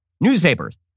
Newspapers